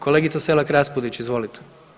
Kolegice Selak Raspudić izvolite.